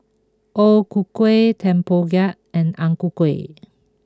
O Ku Kueh Tempoyak and Ang Ku Kueh